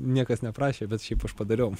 niekas neprašė bet šiaip aš padariau